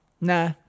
Nah